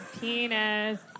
penis